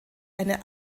eine